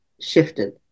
shifted